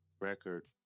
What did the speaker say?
record